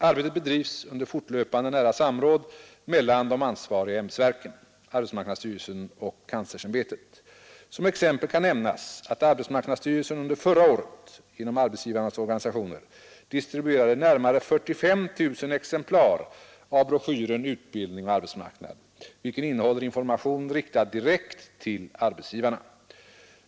Arbetet bedrivs under fortlöpande, nära samråd mellan de ansvariga ämbetsverken: arbetsmarknadsstyrelsen och universitetskanslersämbetet. Som exempel kan nämnas att arbetsmarknadsstyrelsen under förra året — genom arbetsgivarnas organisationer — distribuerade närmare 45 000 exemplar av broschyren ”Utbildning och arbetsmarknad”, vilken innehåller information riktad direkt till arbetsgivarna.